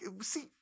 See